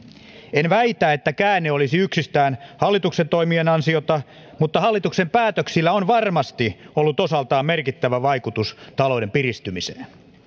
en väitä että käänne olisi yksistään hallituksen toimien ansiota mutta hallituksen päätöksillä on varmasti ollut osaltaan merkittävä vaikutus talouden piristymiseen